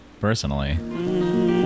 Personally